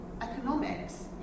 economics